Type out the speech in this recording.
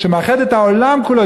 שמאחד את העולם כולו,